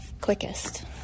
quickest